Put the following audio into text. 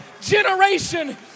generation